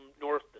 north